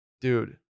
dude